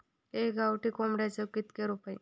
एका गावठी कोंबड्याचे कितके रुपये?